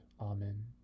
Amen